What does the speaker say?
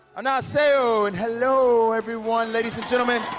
and so and hello everyone, ladies and gentlemen.